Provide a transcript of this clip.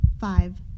Five